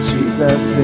Jesus